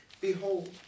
Behold